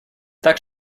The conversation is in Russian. так